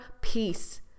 peace